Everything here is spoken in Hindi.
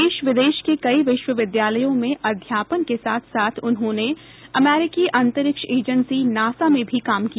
देश विदेश के कई विश्वविद्यालयों में अध्यापन के साथ साथ उन्होंने अमरीकी अंतरिक्ष एजेंसी नासा में भी काम किया